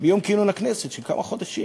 מיום כינון הכנסת, כמה חודשים.